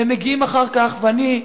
והם מגיעים אחר כך, ואני,